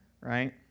right